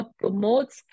promotes